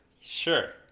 Sure